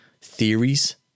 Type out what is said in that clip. theories